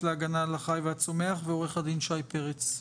להגנה על החי והצומח ועורך הדין שי פרץ.